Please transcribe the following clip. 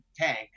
tank